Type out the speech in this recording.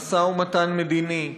במשא-ומתן מדיני,